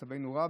מצבנו באמת רע,